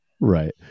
right